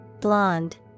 Blonde